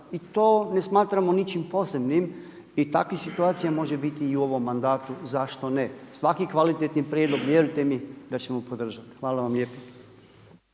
I to ne smatramo ničim posebnim i takvih situacija može biti i u ovom mandatu zašto ne. Svaki kvalitetni prijedlog vjerujte mi da ćemo podržat. Hvala vam lijepa.